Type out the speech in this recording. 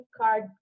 card